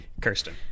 Kirsten